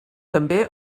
també